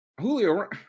Julio